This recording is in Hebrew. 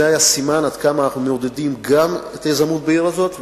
זה היה סימן עד כמה אנחנו מעודדים גם את היזמות בעיר הזאת,